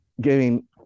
Giving